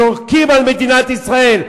יורקים על מדינת ישראל,